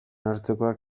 hartzekoak